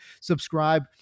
subscribe